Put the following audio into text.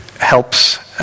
helps